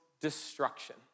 destruction